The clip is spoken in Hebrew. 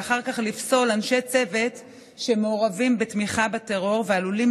ואחר כך לפסול אנשי צוות שמעורבים בתמיכה בטרור ועלולים